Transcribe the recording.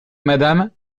madame